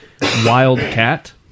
Wildcat